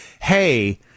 Hey